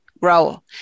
grow